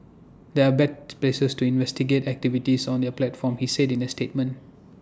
they are best places to investigate activities on their platform he said in A statement